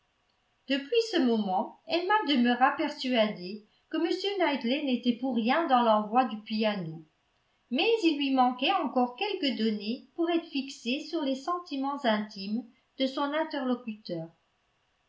depuis ce moment emma demeura persuadée que m knightley n'était pour rien dans l'envoi du piano mais il lui manquait encore quelques données pour être fixée sur les sentiments intimes de son interlocuteur